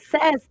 says